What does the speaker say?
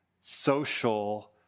social